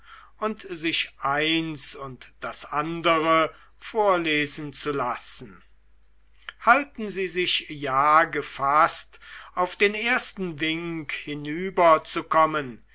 und sich eins und das andere vorlesen zu lassen halten sie sich ja gefaßt auf den ersten wink